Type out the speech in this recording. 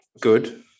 Good